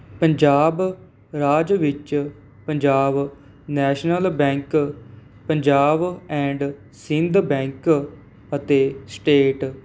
ਪੰਜਾਬ ਰਾਜ ਵਿੱਚ Punjab National Bank Punjab and Sindh Bank ਅਤੇ ਸਟੇਟ